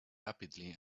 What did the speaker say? rapidly